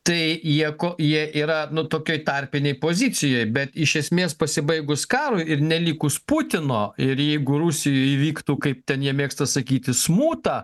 tai jie ko jie yra nu tokioj tarpinėj pozicijoj bet iš esmės pasibaigus karui ir nelikus putino ir jeigu rusijoje įvyktų kaip ten jie mėgsta sakyti smuta